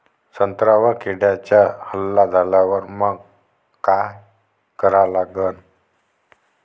संत्र्यावर किड्यांचा हल्ला झाल्यावर मंग काय करा लागन?